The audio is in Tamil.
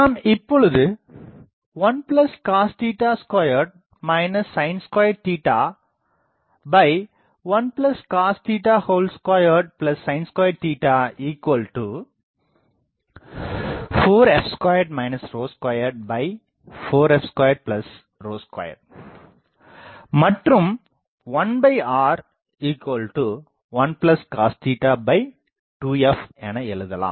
நாம் இப்பொழுது 1 cos 2 sin21 cos 2sin24f2 24f22மற்றும்1r1cos2f எனஎழுதலாம்